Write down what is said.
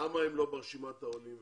למה הם לא ברשימת העולים.